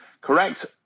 Correct